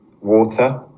water